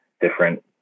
different